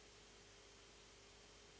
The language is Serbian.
Hvala.